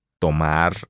Tomar